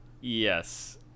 Yes